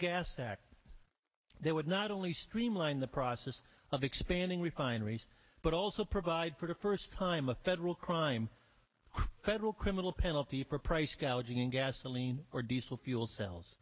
gas tax that would not only streamline the process of expanding refineries but also provide for first time a federal crime federal criminal penalty for price gouging in gasoline or diesel fuel cells